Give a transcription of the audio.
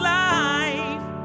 life